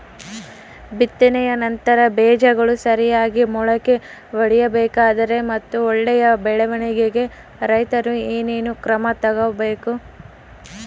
ಬಿತ್ತನೆಯ ನಂತರ ಬೇಜಗಳು ಸರಿಯಾಗಿ ಮೊಳಕೆ ಒಡಿಬೇಕಾದರೆ ಮತ್ತು ಒಳ್ಳೆಯ ಬೆಳವಣಿಗೆಗೆ ರೈತರು ಏನೇನು ಕ್ರಮ ತಗೋಬೇಕು?